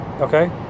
okay